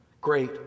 great